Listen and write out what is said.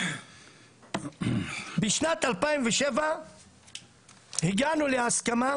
בשנת 2007 הגענו להסכמה